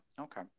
okay